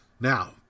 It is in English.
Now